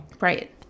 Right